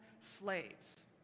slaves